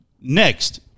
Next